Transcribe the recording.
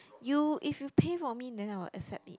you if you pay for me then I will accept it